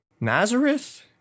Nazareth